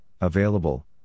available